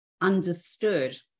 understood